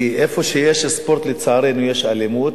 כי איפה שיש ספורט, לצערנו, יש אלימות,